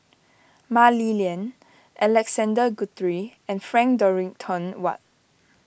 Mah Li Lian Alexander Guthrie and Frank Dorrington Ward